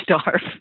starve